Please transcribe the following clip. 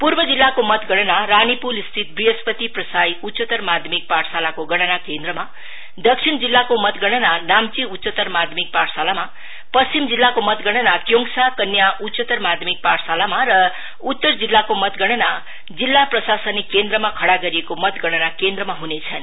पूर्व जिल्लाको मतगणना रानीपूलस्थित वृहस्थित प्रसाई उच्चतर माध्यमिक पाठशाला को गणना केन्द्रमा दक्षिण जिल्लाको मतगणना नाम्ची उच्चतर माध्यमिक पाठशालामा पश्चिम जिल्लाको मतगणना क्योङसा कन्या उच्चतर माध्यमिक पाठशालामा र केन्द्रमा खड़ा गरिएको मतगणना केन्द्रमा ह्नेछन्